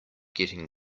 getting